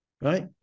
Right